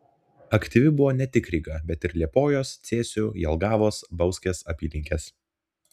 aktyvi buvo ne tik ryga bet ir liepojos cėsių jelgavos bauskės apylinkės